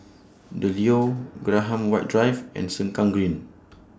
The Leo Graham White Drive and Sengkang Green